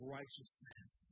righteousness